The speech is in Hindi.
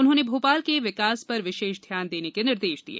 उन्होंने भोपाल के विकास पर विशेष ध्यान देने के निर्देश दिए